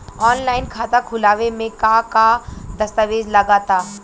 Online खाता खूलावे म का का दस्तावेज लगा ता?